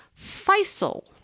Faisal